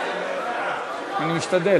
חברי הכנסת, נא לשבת במקומותיכם, אנחנו עוברים